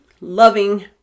loving